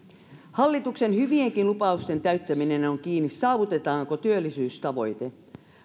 hallituksen hyvienkin lupausten täyttäminen on kiinni saavutetaanko työllisyystavoite